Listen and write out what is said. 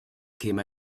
came